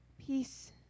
Peace